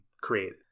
created